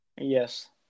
Yes